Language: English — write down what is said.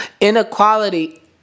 Inequality